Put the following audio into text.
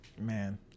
man